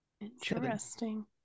Interesting